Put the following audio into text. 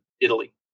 Italy